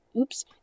oops